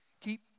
keep